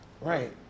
Right